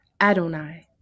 Adonai